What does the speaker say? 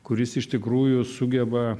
kuris iš tikrųjų sugeba